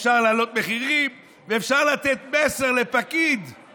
אפשר להעלות מחירים ואפשר לתת מסר לפקיד,